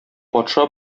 патша